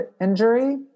injury